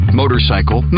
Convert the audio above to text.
motorcycle